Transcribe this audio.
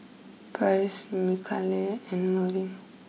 Farris Mikaela and Merwin